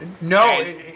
No